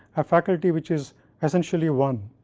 a faculty which is essentially one.